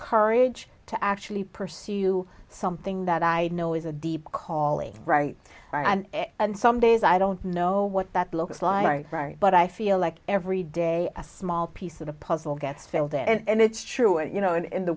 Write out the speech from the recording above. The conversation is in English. courage to actually pursue something that i know is a deep calling right and and some days i don't know what that looks like right but i feel like every day a small piece of the puzzle gets sold and it's true you know and in the